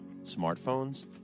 smartphones